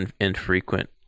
infrequent